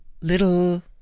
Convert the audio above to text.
little